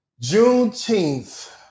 Juneteenth